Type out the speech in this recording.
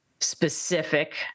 specific